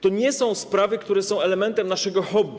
To nie są sprawy, które są elementem naszego hobby.